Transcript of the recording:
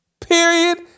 Period